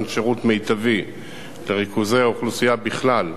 שירות מיטבי לריכוזי האוכלוסייה בכלל,